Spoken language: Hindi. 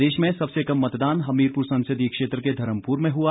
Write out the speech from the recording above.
प्रदेश में सबसे कम मतदान हमीरपुर संसदीय क्षेत्र के धर्मपुर में हुआ